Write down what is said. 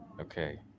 Okay